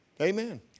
Amen